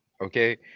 Okay